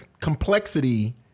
complexity